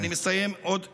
אני מסיים עוד שנייה.